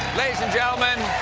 ladies and gentlemen,